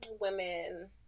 women